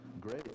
great